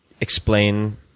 explain